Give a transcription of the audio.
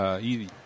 easy